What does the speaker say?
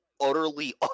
utterly